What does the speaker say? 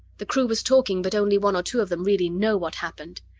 the crew was talking, but only one or two of them really know what happened.